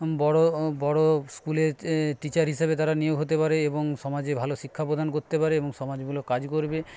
বড়ো বড়ো স্কুলে টিচার হিসাবে তারা নিয়োগ হতে পারে এবং সমাজে ভালো শিক্ষা প্রদান করতে পারে এবং সমাজমূলক কাজ করবে